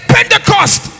Pentecost